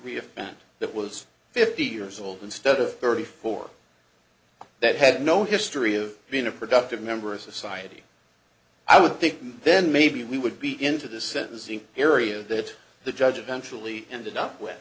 reinvent that was fifty years old instead of thirty four that had no history of being a productive member of society i would think then maybe we would be into the sentencing period that the judge eventually ended up with